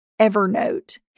Evernote